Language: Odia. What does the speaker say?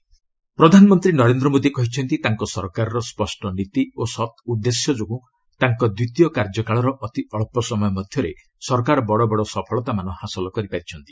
ପିଏମ୍ ଇଣ୍ଟର୍ଭ୍ୟ ପ୍ରଧାନମନ୍ତ୍ରୀ ନରେନ୍ଦ୍ର ମୋଦି କହିଛନ୍ତି ତାଙ୍କ ସରକାରର ସ୍ୱଷ୍ଟ ନୀତି ଓ ସତ୍ ଉଦ୍ଦେଶ୍ୟ ଯୋଗୁଁ ତାଙ୍କ ଦ୍ୱିତୀୟ କାର୍ଯ୍ୟକାଳର ଅତି ଅଳ୍ପ ସମୟ ମଧ୍ୟରେ ସରକାର ବଡ଼ ବଡ଼ ସଫଳତାମାନ ହାସଲ କରିପାରିଛନ୍ତି